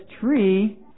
tree